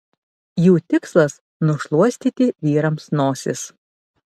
jų tikslas nušluostyti vyrams nosis